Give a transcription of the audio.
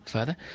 Further